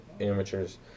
amateurs